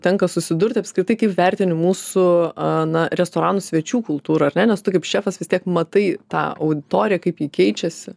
tenka susidurti apskritai kaip vertini mūsų a na restoranų svečių kultūrą ar ne nes tu kaip šefas vis tiek matai tą auditoriją kaip ji keičiasi